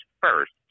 first